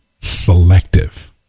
selective